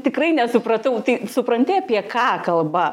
tikrai nesupratau tai supranti apie ką kalba